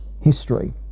history